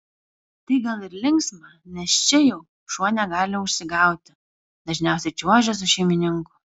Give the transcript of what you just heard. tai gal ir linksma nes čia jau šuo negali užsigauti dažniausiai čiuožia su šeimininku